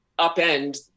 upend